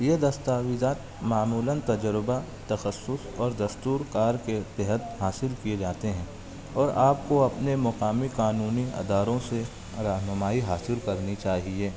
یہ دستاویزات معمولاً تجربہ تشخص اور دستورکار کے تحت حاصل کیے جاتے ہیں اور آپ کو اپنے مقامی قانونی اداروں سے رہنمائی حاصل کرنی چاہیے